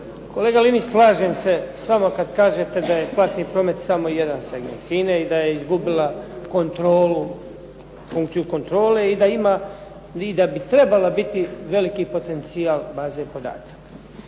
Kolega Linić slažem se s vama kada kažete da je platni promet samo jedan segment FINA-e i da je izgubio funkciju kontrole i da ima i da bi trebala biti veliki potencijal baze podataka.